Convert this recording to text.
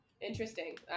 Interesting